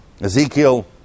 Ezekiel